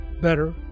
better